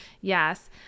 Yes